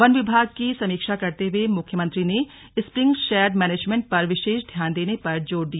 one विभाग की समीक्षा करते हुए मुख्यमंत्री ने स्प्रिंगशैड मैनेजमेंट पर विशेष ध्यान देने पर जोर दिया